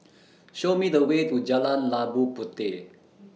Show Me The Way to Jalan Labu Puteh